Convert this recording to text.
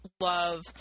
love